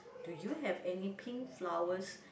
do you have any pink flowers